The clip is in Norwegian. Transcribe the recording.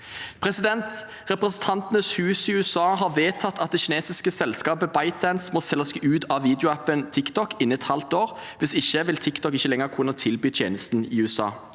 unge. Representantenes hus i USA har vedtatt at det kinesiske selskapet ByteDance må selge seg ut av videoappen TikTok innen et halvt år. Hvis ikke vil TikTok ikke lenger kunne tilby tjenesten i USA.